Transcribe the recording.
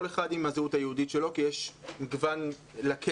כל אחד עם הזהות היהודית שלו כי יש מגוון לקשת.